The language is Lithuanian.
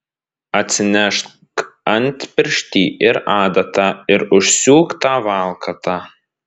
atsinešk antpirštį ir adatą ir užsiūk tą valkatą